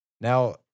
Now